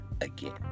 again